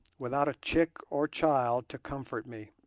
without a chick or child to comfort me.